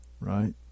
right